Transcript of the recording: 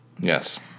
Yes